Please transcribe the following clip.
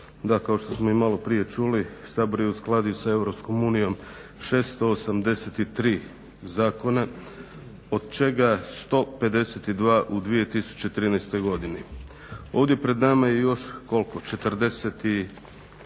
Da, kao što smo i maloprije čuli Sabor je uskladio sa EU 683 zakona, od čega 152 u 2013. godini. Ovdje pred nama je još, koliko, 42